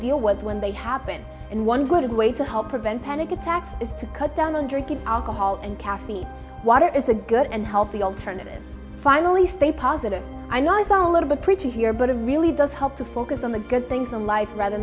deal with when they happen and one good way to help prevent panic attacks is to cut down on drinking alcohol and caffeine water is a good and healthy alternative finally stay positive i know it's all a little bit preachy here but it really does help to focus on the good things in life rather